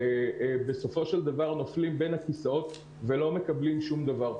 בסופו של דבר נופלים בין הכיסאות ולא מקבלים שום דבר.